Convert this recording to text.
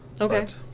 Okay